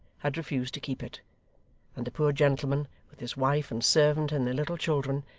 had refused to keep it and the poor gentleman, with his wife and servant and their little children,